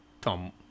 Tom